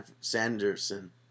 Sanderson